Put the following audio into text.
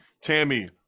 tammy